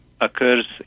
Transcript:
occurs